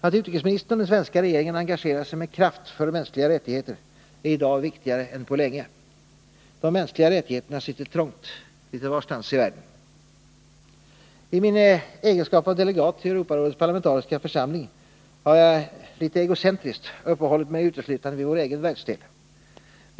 Att utrikesministern och den svenska regeringen engagerar sig med kraft för de mänskliga rättigheterna är i dag viktigare än på länge. De mänskliga rättigheterna sitter trångt litet varstans i världen. I egenskap av delegat i Europarådets parlamentariska församling har jag litet egocentriskt uppehållit mig uteslutande vid vår egen världsdel.